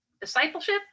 Discipleship